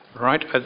Right